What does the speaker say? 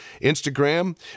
Instagram